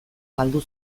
galdu